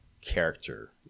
character